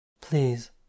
Please